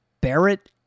barrett